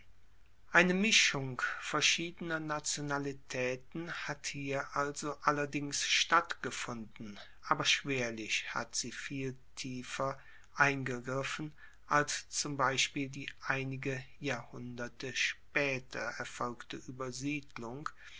eine mischung verschiedener nationalitaeten hat hier also allerdings stattgefunden aber schwerlich hat sie viel tiefer eingegriffen als zum beispiel die einige jahrhunderte spaeter erfolgte